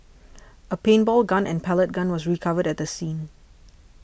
a paintball gun and pellet gun were recovered at the scene